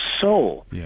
soul